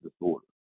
disorder